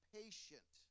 patient